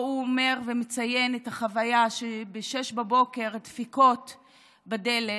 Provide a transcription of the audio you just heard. הוא אומר ומציין את החוויה שבשש בבוקר דפיקות בדלת,